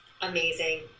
Amazing